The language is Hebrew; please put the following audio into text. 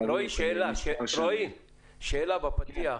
רועי, שאלה בפתיח.